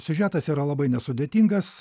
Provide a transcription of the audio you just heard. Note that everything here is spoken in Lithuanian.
siužetas yra labai nesudėtingas